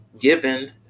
given